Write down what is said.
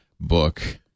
book